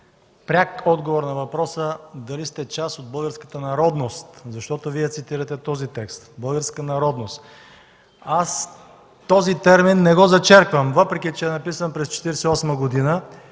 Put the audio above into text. пряк отговор на въпроса дали сте част от българската народност, защото Вие цитирате този текст: „българска народност”. Аз този термин не го зачерквам, въпреки че е написан през 1948 г.